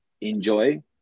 enjoy